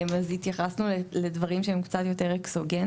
אז התייחסנו לדברים שהם קצת יותר אקסוגניים.